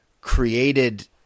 created